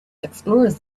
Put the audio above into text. explorers